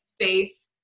faith